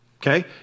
Okay